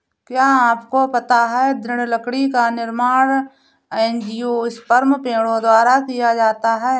क्या आपको पता है दृढ़ लकड़ी का निर्माण एंजियोस्पर्म पेड़ों द्वारा किया जाता है?